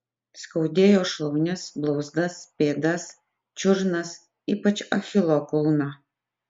skaudėjo šlaunis blauzdas pėdas čiurnas ypač achilo kulną